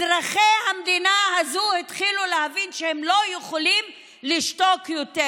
אזרחי המדינה הזו התחילו להבין שהם לא יכולים לשתוק יותר,